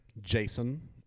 Jason